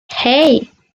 hey